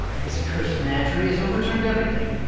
this cursed menagerie has overturned everything!